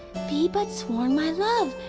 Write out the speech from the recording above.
be but sworn my love,